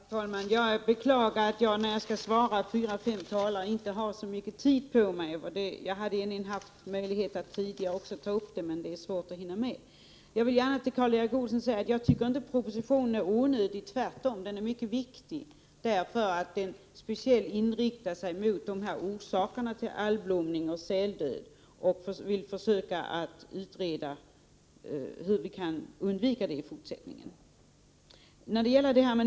Herr talman! Jag beklagar att jag när jag skall svara fyra fem talare inte har så mycket tid på mig. Jag hade haft möjlighet att ta upp frågan tidigare också, men det är svårt att hinna med. Jag vill gärna säga till Karl Erik Olsson att jag inte tycker att propositionen är onödig. Tvärtom, den är mycket viktig. Den inriktar sig speciellt på orsakerna till algblomning och säldöd och syftar till att utreda hur vi skall kunna undvika det i fortsättningen.